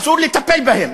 אסור לטפל בהם,